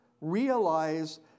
realize